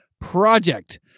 Project